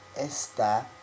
está